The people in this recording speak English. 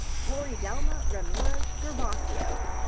floridelma ramirez gervacio.